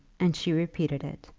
and she repeated it.